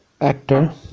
actor